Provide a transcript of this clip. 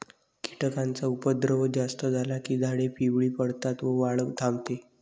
कीटकांचा उपद्रव जास्त झाला की झाडे पिवळी पडतात व वाढ थांबते